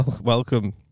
Welcome